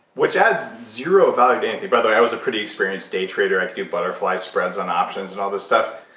which adds zero value to anything. by the way, i was a pretty experienced day trader. i could do butterfly spreads on options and all this stuff,